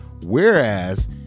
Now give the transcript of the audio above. Whereas